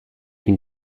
une